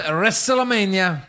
Wrestlemania